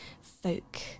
folk